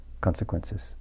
consequences